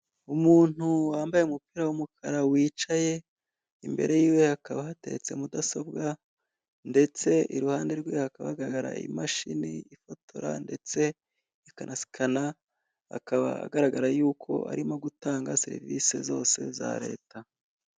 Umuntu wambaye umupira w'umukara wicaye, imbere yiwe hakaba hateretse mudasobwa, ndetse iruhande rwe hakaba hagaragara imashini ifotora ndetse ikanasikana, akaba agaragara yuko arimo gutanga serivisi zose za leta.